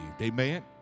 Amen